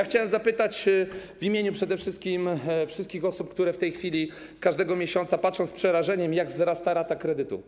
Chciałem zapytać w imieniu przede wszystkim wszystkich osób, które w tej chwili każdego miesiąca patrzą z przerażeniem, jak wzrasta rata kredytu.